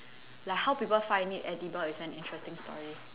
like how people find it edible is an interesting story